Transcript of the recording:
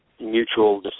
mutual